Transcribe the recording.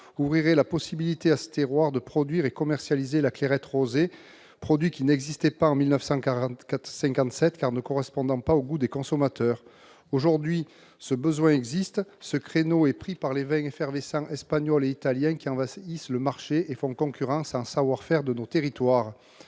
ouvrirait la possibilité à ce terroir de produire et de commercialiser la clairette rosée, produit qui n'existait pas en 1957, car il ne correspondait pas alors aux goûts des consommateurs. Aujourd'hui, ce besoin existe, mais ce créneau est occupé par les vins effervescents espagnols et italiens, qui envahissent le marché et font concurrence à un savoir-faire de nos territoires.